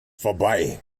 vorbei